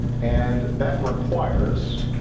and that requires